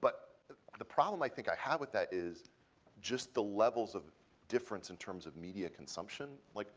but the problem, i think, i have with that is just the levels of difference in terms of media consumption. like